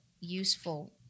useful